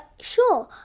sure